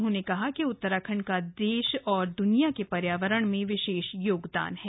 उन्होंने कहा कि उत्तराखंड का देश और द्निया के पर्यावरण में विशेष योगदान है